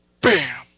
Bam